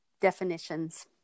definitions